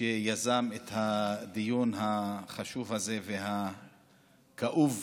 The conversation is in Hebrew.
שיזם את הדיון החשוב הזה, והכאוב,